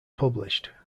published